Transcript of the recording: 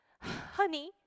Honey